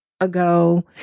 ago